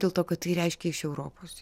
dėl to kad tai reiškia iš europos